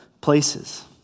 places